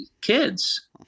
kids